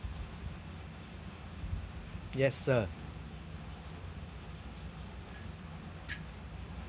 yes sir